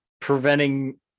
preventing